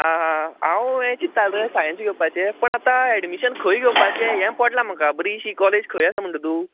आं आं हांव हें चित्तालो रे सायन्स घेवपाचें पण आतां एडमीशन खंय घेवपाचें हें पडलां म्हाका बरिशी कॉलेज खंय आसा म्हणटा तू